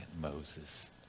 Moses